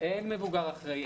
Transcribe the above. אין מבוגר אחראי.